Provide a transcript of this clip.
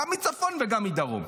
גם מצפון וגם מדרום.